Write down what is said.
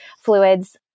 fluids